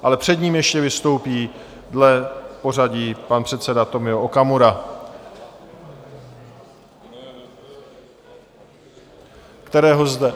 Ale před ním ještě vystoupí dle pořadí pan předseda Tomio Okamura, kterého zde...